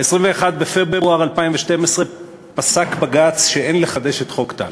ב-21 בפברואר 2012 פסק בג"ץ שאין לחדש את חוק טל.